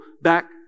back